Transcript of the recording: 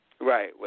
Right